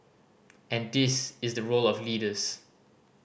and this is the role of leaders